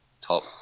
top